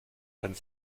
einen